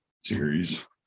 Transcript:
series